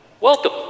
Welcome